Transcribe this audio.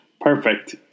Perfect